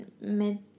mid